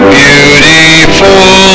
beautiful